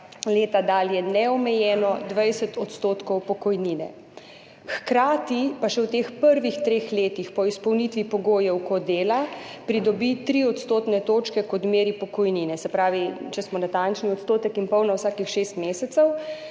leta dalje neomejeno 20 % pokojnine, hkrati pa še v teh prvih treh letih po izpolnitvi pogojev, ko dela, pridobi tri odstotne točke k odmeri pokojnine, se pravi, če smo natančni, odstotek in pol na vsakih šest mesecev,